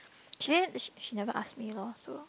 she didn't she never ask me loh so